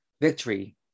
Victory